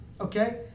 Okay